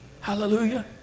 Hallelujah